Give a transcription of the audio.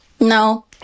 no